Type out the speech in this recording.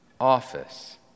office